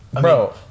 Bro